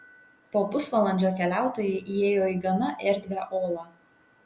po pusvalandžio keliautojai įėjo į gana erdvią olą